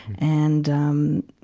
and, um,